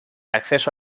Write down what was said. acceso